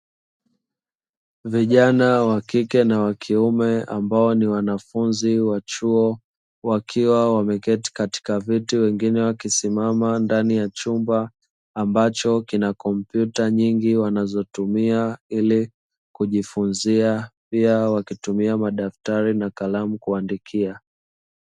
Vijana wa kike na wa kiume ambao ni wanafunzi wa chuo, wakiwa wameketi katika viti wengine wakisimama, ndani ya chumba ambacho kina kompyuta nyingi wanazotumia ili kujifunza pia wakitumia madaftari na kalamu kuandikia.